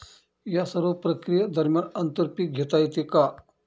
या सर्व प्रक्रिये दरम्यान आंतर पीक घेता येते का?